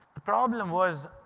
the problem was,